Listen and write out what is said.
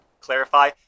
clarify